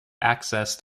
accessed